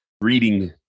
reading